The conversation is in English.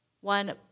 one